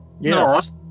Yes